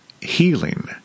healing